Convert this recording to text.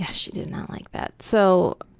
yeah she did not like that, so.